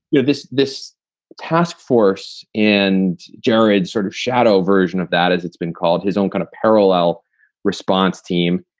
you know, this this task force and jared sort of shadow version of that, as it's been called, his own kind of parallel response team.